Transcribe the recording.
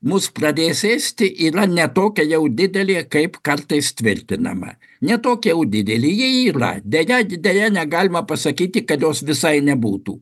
mus pradės ėsti yra ne tokia jau didelė kaip kartais tvirtinama ne tokie didelė ji yra deja deja negalima pasakyti kad jos visai nebūtų